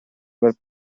bel